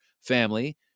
family